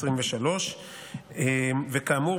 וכאמור,